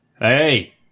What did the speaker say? Hey